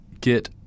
get